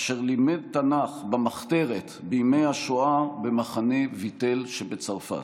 אשר לימד תנ"ך במחתרת בימי השואה במחנה ויטל שבצרפת.